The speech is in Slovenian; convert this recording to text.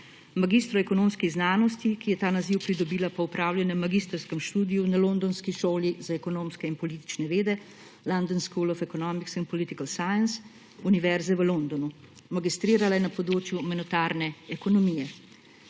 mag. ekonomskih znanosti, ki je ta naziv pridobila po opravljenem magistrskem študiju na londonski šoli za ekonomske in politične vede London School of Economics and Political Science, Univerze v Londonu. Magistrirala je na področju monetarne ekonomije.